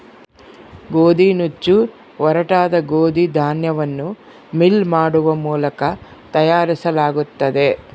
ಗೋದಿನುಚ್ಚು ಒರಟಾದ ಗೋದಿ ಧಾನ್ಯವನ್ನು ಮಿಲ್ ಮಾಡುವ ಮೂಲಕ ತಯಾರಿಸಲಾಗುತ್ತದೆ